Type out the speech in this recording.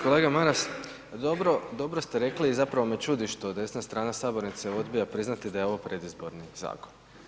Kolega Maras dobro, dobro ste rekli i zapravo me čudi što desna strana sabornice odbija priznati da je ovo predizborni zakon.